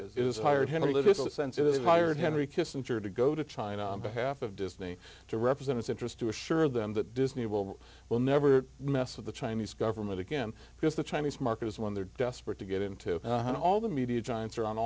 that is hired him a little sensitive hired henry kissinger to go to china on behalf of disney to represent its interest to assure them that disney will will never mess with the chinese government again because the chinese market is when they're desperate to get into all the media giants are on